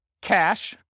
cash